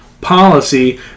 policy